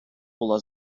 була